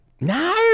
no